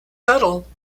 subtle